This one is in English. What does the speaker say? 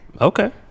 Okay